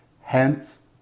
hence